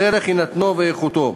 דרך הינתנו ואיכותו.